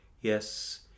Yes